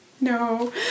no